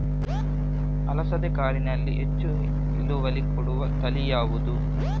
ಅಲಸಂದೆ ಕಾಳಿನಲ್ಲಿ ಹೆಚ್ಚು ಇಳುವರಿ ಕೊಡುವ ತಳಿ ಯಾವುದು?